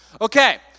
Okay